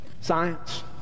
Science